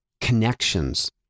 connections